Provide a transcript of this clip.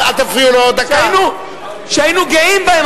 שהיינו גאים בהן,